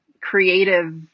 creative